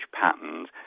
patterns